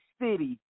City